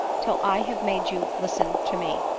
till i have made you listen to me.